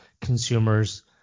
consumers